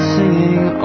singing